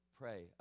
pray